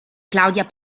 claudia